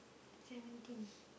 seventeen